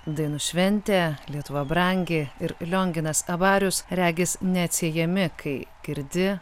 dainų šventė lietuva brangi ir lionginas abarius regis neatsiejami kai girdi